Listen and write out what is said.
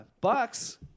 Bucks